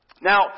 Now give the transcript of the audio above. Now